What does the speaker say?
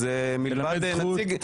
מלבד נציג אחד, הם לא מגיעים.